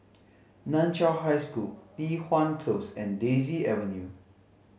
Nan Chiau High School Li Hwan Close and Daisy Avenue